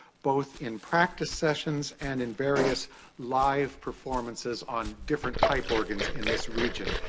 both in practice sessions and in various live performances on different pipe organs in this regions.